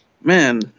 Man